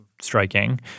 striking